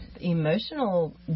emotional